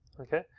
okay